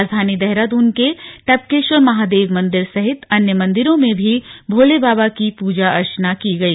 राजधानी देहरादून के टपकेश्वर महादेव मंदिर सहित अन्य मंदिरों में भी भोले बाबा की पूजा अर्चना की गई